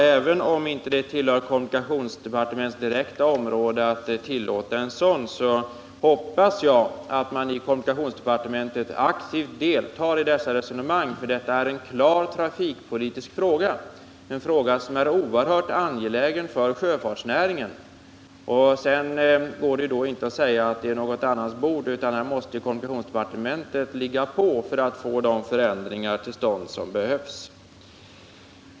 Även om det inte tillhör kommunikationsdepartementets direkta område att tillåta — utlandsetableringar hoppas jag ändå att man i kommunikationsdepartementet aktivt deltar i dessa resonemang. Detta är nämligen en klart trafikpolitisk fråga och en fråga som är oerhört angelägen för sjöfartsnäringen. Det går inte att säga att det är någon annans bord, utan kommunikationsdepartementet måste ligga på för att få till stånd de förändringar som behövs.